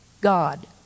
God